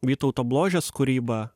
vytauto bložės kūryba